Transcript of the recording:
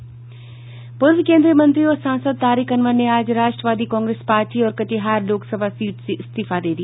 पूर्व केन्द्रीय मंत्री और सांसद तारिक अनवर ने आज राष्ट्रवादी कांग्रेस पार्टी और कटिहार लोकसभा सीट से इस्तीफा दे दिया